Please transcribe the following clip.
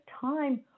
time